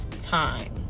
time